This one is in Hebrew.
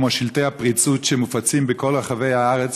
כמו שלטי הפריצות שמופצים בכל רחבי הארץ,